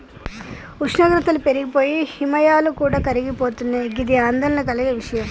ఉష్ణోగ్రతలు పెరిగి పోయి హిమాయాలు కూడా కరిగిపోతున్నయి గిది ఆందోళన కలిగే విషయం